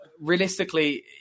realistically